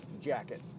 jacket